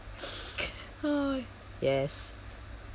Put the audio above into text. yes